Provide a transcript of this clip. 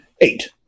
Eight